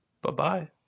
Bye-bye